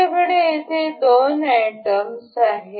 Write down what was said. आमच्याकडे येथे दोन आयटम्स आहेत